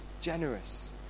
generous